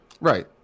Right